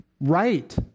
right